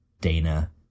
Dana